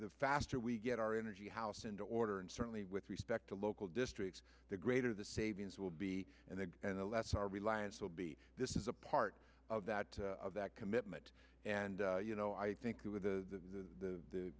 the faster we get our energy house in order and certainly with respect to local districts the greater the savings will be and the less our reliance will be this is a part of that of that commitment and you know i think that with the